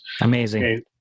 Amazing